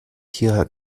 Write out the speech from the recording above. hierher